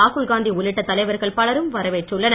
ராகுல் காந்தி உள்ளிட்ட தலைவர்கள் பலரும் வரவேற்றுள்ளனர்